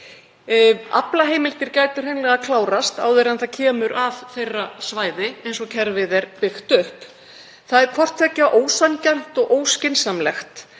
Aflaheimildir gætu hreinlega klárast áður en kemur að þeirra svæði eins og kerfið er byggt upp. Það er hvort tveggja ósanngjarnt og óskynsamlegt.